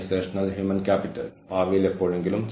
cybernetic സിസ്റ്റങ്ങളുടെ സിദ്ധാന്തമാണ് മറ്റൊരു സിദ്ധാന്തം